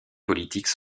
politiques